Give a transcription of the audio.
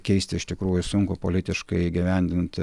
keisti iš tikrųjų sunku politiškai įgyvendint